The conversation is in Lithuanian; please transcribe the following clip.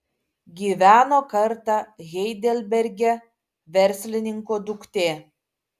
gyveno kartą heidelberge verslininko duktė